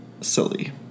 silly